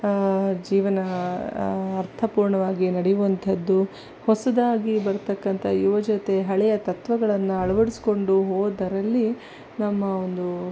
ಜೀವನ ಅರ್ಥಪೂರ್ಣವಾಗಿ ನಡೆಯುವಂಥದ್ದು ಹೊಸದಾಗಿ ಬರ್ತಕ್ಕಂಥ ಯುವಜೊತೆ ಹಳೆಯ ತತ್ವಗಳನ್ನು ಅಳವಡಿಸಿಕೊಂಡು ಹೋದರಲ್ಲಿ ನಮ್ಮ ಒಂದು